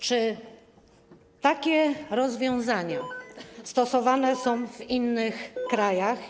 Czy takie rozwiązania stosowane są w innych krajach?